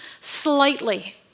slightly